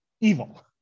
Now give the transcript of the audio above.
evil